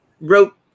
wrote